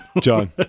john